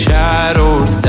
Shadows